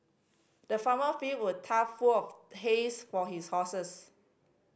the farmer filled a tough full of hays for his horses